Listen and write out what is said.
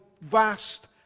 vast